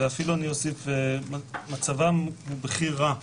אפילו בכי רע,